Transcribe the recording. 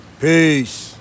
Peace